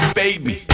baby